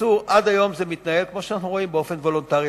עד היום זה מתנהל באופן וולונטרי,